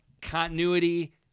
continuity